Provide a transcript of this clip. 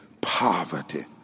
poverty